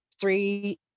three